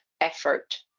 effort